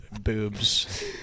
Boobs